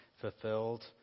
fulfilled